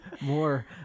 More